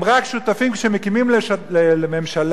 הם רק שותפים כשמקימים ממשלה,